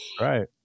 Right